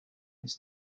his